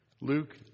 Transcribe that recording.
Luke